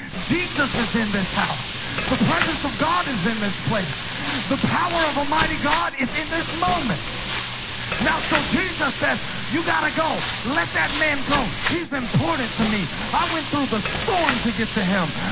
jesus is in this house the presence of god is in this place the power of almighty god is in this moment now so jesus says you gotta go let that man go he's important to me i went through the storm to get to him.